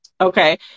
Okay